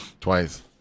Twice